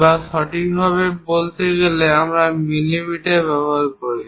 বা সঠিকভাবে বলতে গেলে আমরা মিলিমিটার ব্যবহার করি